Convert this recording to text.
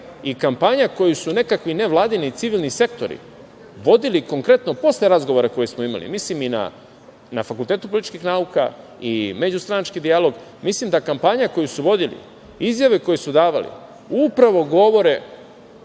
i kampanja koju su nekakvi nevladini civilni sektori vodili, konkretno posle razgovora koje smo imali, mislim i na Fakultetu političkih nauka i međustranački dijalog, mislim da kampanja koju su vodili, izjave koje su davali upravo govore